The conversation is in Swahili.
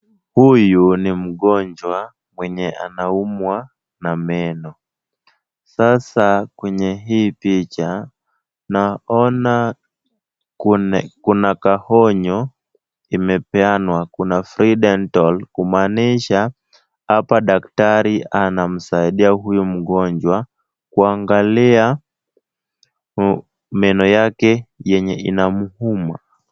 Huyu ni mgonjwa mwenye anaumwa na meno. Sasa kwenye hii picha naona kuna kaonyo imepeanwa. Kuna free dental kumaanisha hapa daktari anamsaidia huyu mgonjwa kuangalia meno yake yenye inamuuma.